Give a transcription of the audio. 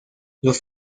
los